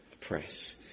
press